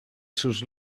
sus